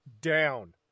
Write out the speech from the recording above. down